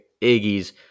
Iggy's